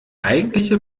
eigentliche